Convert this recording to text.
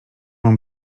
mam